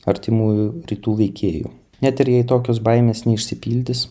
artimųjų rytų veikėjų net ir jai tokios baimės neišsipildys